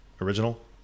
original